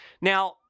Now